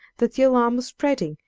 that the alarm was spreading,